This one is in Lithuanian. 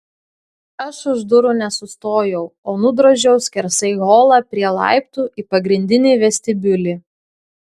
aš už durų nesustojau o nudrožiau skersai holą prie laiptų į pagrindinį vestibiulį